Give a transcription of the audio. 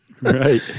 Right